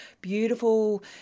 beautiful